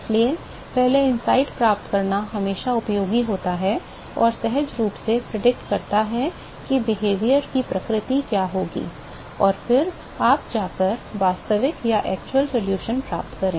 इसलिए पहले अंतर्दृष्टि प्राप्त करना हमेशा उपयोगी होता है और सहज रूप से भविष्यवाणी करता है कि व्यवहार की प्रकृति क्या होगी और फिर आप जाकर वास्तविक समाधान प्राप्त करें